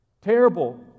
Terrible